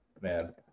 man